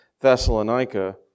Thessalonica